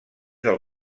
del